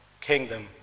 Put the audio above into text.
kingdom